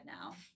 now